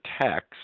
text